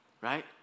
right